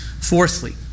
Fourthly